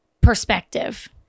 perspective